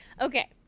Okay